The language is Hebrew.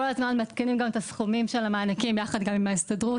כל הזמן מעדכנים גם את הסכומים של המענקים ביחד גם עם ההסתדרות,